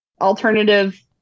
alternative